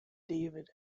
david